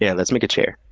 yeah let's make a chair.